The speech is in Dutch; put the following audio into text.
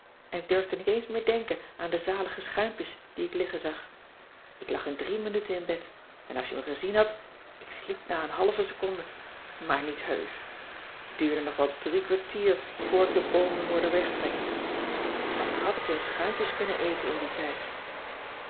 en ik durfde niet eens meer denken aan de zalige cissy van marxveldt de h b s tijd van joop ter heul schuimpjes die ik liggen zag ik lag in drie minuten in bed en als je me gezien hadt ik sliep na een halve seconde maar niet heusch t duurde nog wel drie kwartier voor ik de boomen hoorde wegtrekken wat had ik een schuimpjes kunnen eten in dien tijd